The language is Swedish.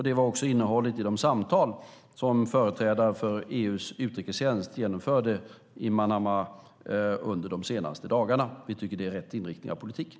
Det var också innehållet i de samtal som företrädare för EU:s utrikestjänst har genomfört i Manama under de senaste dagarna. Vi tycker att det är rätt inriktning av politiken.